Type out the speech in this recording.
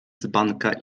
dzbanka